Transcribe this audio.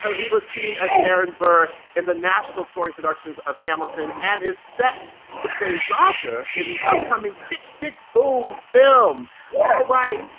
he was seen as aaron burr in the national touring productions of hamilton and is set to play roger in the upcoming tick, tick. boom! film, all right.